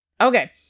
Okay